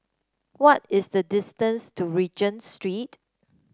what is the distance to Regent Street